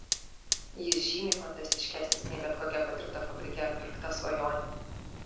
jis žymiai fantastiškesnis nei bet kokia padirbta fabrike ar pirkta svajonė